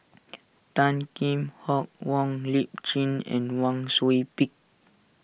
Tan Kheam Hock Wong Lip Chin and Wang Sui Pick